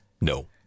no